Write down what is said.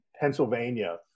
Pennsylvania